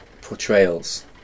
portrayals